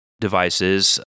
devices